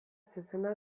zezena